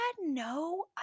no